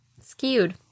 skewed